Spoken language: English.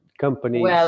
companies